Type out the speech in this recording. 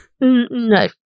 no